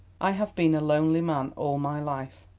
i have been a lonely man all my life.